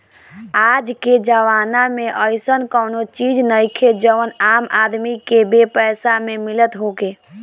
आजके जमाना में अइसन कवनो चीज नइखे जवन आम आदमी के बेपैसा में मिलत होखे